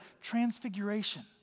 transfiguration